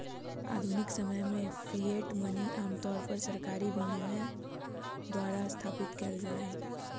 आधुनिक समय में फिएट मनी आमतौर पर सरकारी विनियमन द्वारा स्थापित कइल जा हइ